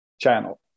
channel